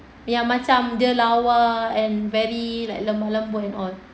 yang macam dia lawa and very like lemah lembut and all